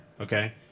Okay